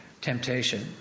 temptation